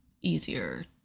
easier